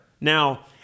Now